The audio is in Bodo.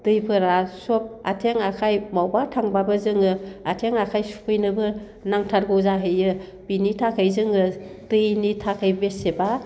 दैफोरा सब आथें आखाय बावबा थांब्लाबो जोङो आथें आखाय सुफैनोबो नांथारगौ जाहैयो बेनि थाखाय जोङो दैनि थाखाय बेसेबा